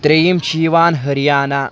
ترٛیٚیِم چھِ یِوان ہریانہ